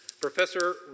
Professor